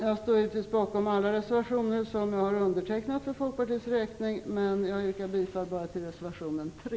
Jag står givetvis bakom alla reservationer som jag har undertecknat för Folkpartiets räkning, men jag yrkar bara bifall till reservation 3.